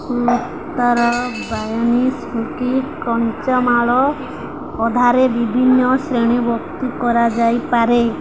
ସତର ବୟନିସକି କଞ୍ଚମାଲ ଅଧାରେ ବିଭିନ୍ନ ଶ୍ରେଣୀ ବିଭକ୍ତି କରାଯାଇପାରେ